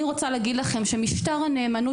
אני רוצה להגיד לכם שמשטר הנאמנות